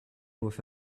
with